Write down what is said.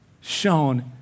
shown